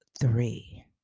three